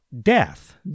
death